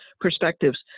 perspectives